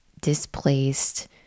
displaced